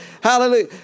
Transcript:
Hallelujah